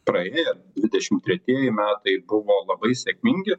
praėjo dvidešimt tretieji metai buvo labai sėkmingi